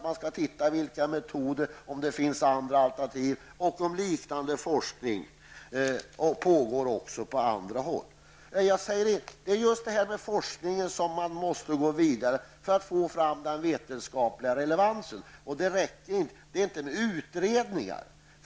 Man skall se efter om det finns andra alternativ och om liknande forskning pågår på andra håll. Det är just beträffande forskningen som man måste gå vidare för att få fram den vetenskapliga relevansen. Det gäller inte utredningar.